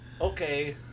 Okay